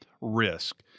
risk